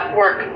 work